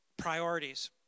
Priorities